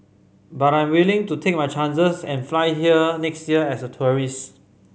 but I'm willing to take my chances and fly here next year as a tourist